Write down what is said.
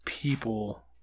People